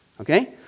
Okay